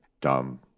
dumb